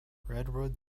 redwood